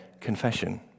confession